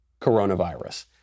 coronavirus